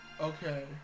Okay